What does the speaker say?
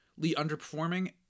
underperforming